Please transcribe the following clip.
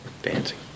Dancing